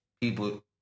people